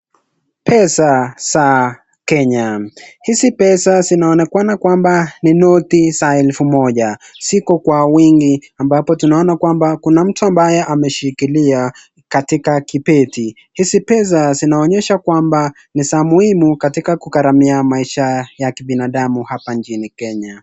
Pesa za Kenya hizi pesa zinaonekana kwamba ni noti za elfu moja, siku kwa wingi ambapo tunaona kwamba kuna mtu ambayo ameshikilia katika kibeti, hizi pesa zinaonyesha kwamba ni za muhimu katika nchi Kenya.